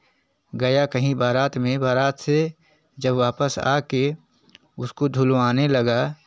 गया कहीं बारात में बारात से जब वापस आकर उसको धुलवाने लगा